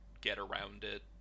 get-around-it